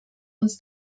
uns